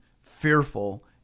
fearful